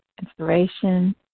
inspiration